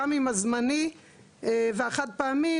גם אם הזמני והחד פעמי,